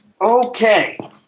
Okay